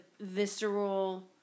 visceral